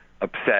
upset